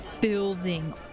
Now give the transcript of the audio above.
building